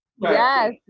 Yes